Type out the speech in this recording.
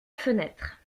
fenêtre